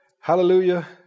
Hallelujah